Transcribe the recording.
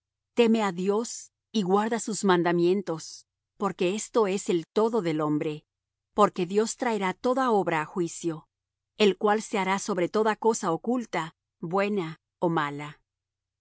teme á dios y guarda sus mandamientos porque esto es el todo del hombre porque dios traerá toda obra á juicio el cual se hará sobre toda cosa oculta buena ó mala